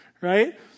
right